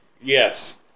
Yes